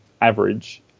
average